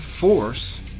force